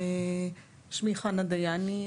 שמי חנה דייני,